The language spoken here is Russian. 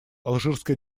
алжирская